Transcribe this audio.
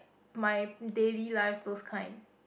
my daily lives those kind